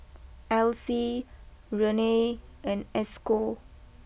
Alyse Renae and Esco